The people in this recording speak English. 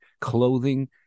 clothing